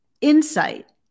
insight